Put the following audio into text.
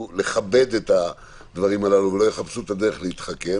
לכבד את הדברים הללו ולא יחפשו את הדרך להתחכם.